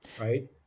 right